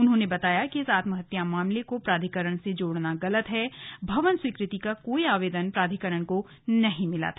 उन्होंने बताया कि इस आत्महत्या मामले को प्राधिकरण से जोड़ना गलत है भवन स्वीकृति का कोई आवेदन प्राधिकरण को नहीं मिला था